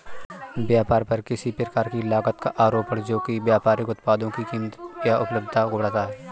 व्यापार पर किसी प्रकार की लागत का आरोपण जो कि व्यापारिक उत्पादों की कीमत या उपलब्धता को बढ़ाता है